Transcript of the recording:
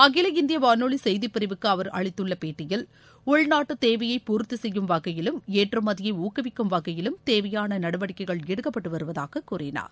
அகில இந்திய வானொலி செய்திப்பிரிவுக்கு அவர் அளித்துள்ள பேட்டியில் உள்நாட்டு தேவையை பூர்த்தி செய்யும் வகையிலும் ஏற்றுமதியை ஊக்குவிக்கும் வகையிலும் தேவையான நடவடிக்கைகள் எடுக்கப்பட்டு வருவதாக கூறினார்